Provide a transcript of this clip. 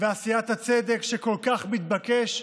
ועשיית הצדק שכל כך מתבקש,